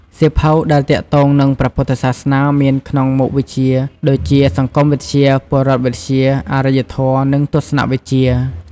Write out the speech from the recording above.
សៀវភៅដែលទាក់ទងនឹងព្រះពុទ្ធសាសនាមានក្នុងមុខវិជ្ជាដូចជា សង្គមវិទ្យា ពលរដ្ឋវិទ្យា អរិយធម៌ និងទស្សនវិជ្ជា។